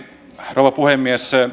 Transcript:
rouva puhemies